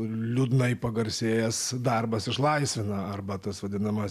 liūdnai pagarsėjęs darbas išlaisvina abra tas vadinamas